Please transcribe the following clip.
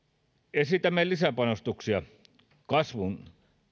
esitämme lisäpanostuksia kasvun